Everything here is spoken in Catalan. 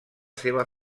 seva